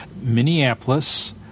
Minneapolis